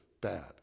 bad